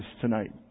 tonight